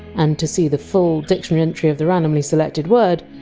and to see the full dictionary entry of the randomly selected word,